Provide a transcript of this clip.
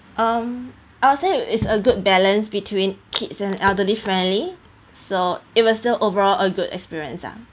um I'll say it's a good balance between kids and elderly friendly so it was still overall a good experience ah